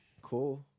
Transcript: cool